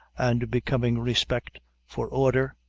and becoming respect for order,